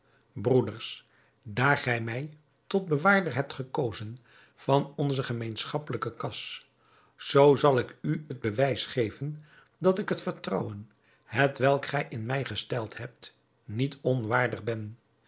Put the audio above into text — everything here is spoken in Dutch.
broeders daar gij mij tot bewaarder hebt gekozen van onze gemeenschappelijke kas zoo zal ik u het bewijs geven dat ik het vertrouwen hetwelk gij in mij gesteld hebt niet onwaardig ben